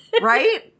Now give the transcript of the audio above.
Right